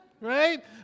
right